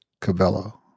Cabello